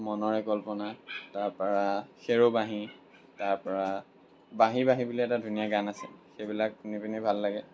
মনৰে কল্পনা তাৰপৰা হেৰ' বাঁহী তাৰপৰা বাঁহী বাঁহী বুলি এটা ধুনীয়া গান আছে সেইবিলাক শুনি পিনি ভাল লাগে